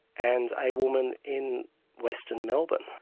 and a woman in western melbourne.